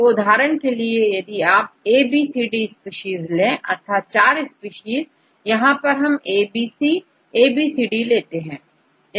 तो उदाहरण के लिए यदि आपABCD स्पीशीज ले अर्थात 4 स्पीशीज यहां हम ABCABCD लेते हैं